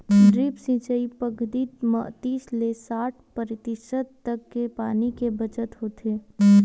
drip सिंचई पद्यति म तीस ले साठ परतिसत तक के पानी के बचत होथे